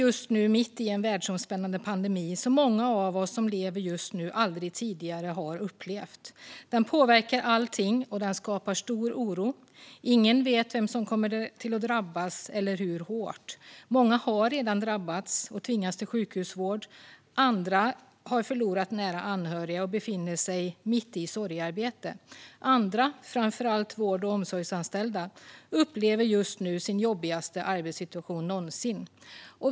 Vi är nu mitt i en världsomspännande pandemi som många av oss som lever just nu aldrig tidigare har upplevt. Den påverkar allting, och den skapar stor oro. Ingen vet vem som kommer att drabbas eller hur hårt. Många har redan drabbats och tvingats till sjukhusvård. Andra har förlorat nära anhöriga och befinner sig mitt i ett sorgearbete. Andra, framför allt vård och omsorgsanställda, upplever just nu sin jobbigaste arbetssituation någonsin.